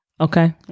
Okay